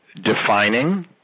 defining